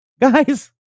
Guys